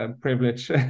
privilege